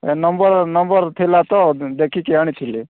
number number ଥିଲା ତ ଲେଖିକି ଆଣିଥିଲି